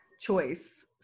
choice